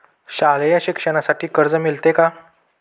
शालेय शिक्षणासाठी कर्ज मिळते का?